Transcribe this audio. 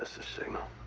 the signal